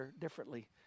differently